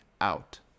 out